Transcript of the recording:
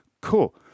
cool